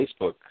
Facebook